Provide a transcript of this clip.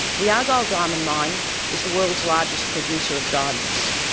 the argyle diamond mine is the world's largest producer of diamonds.